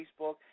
Facebook